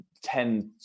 tend